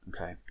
okay